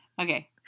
Okay